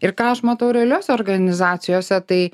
ir ką aš matau realiose organizacijose tai